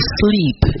sleep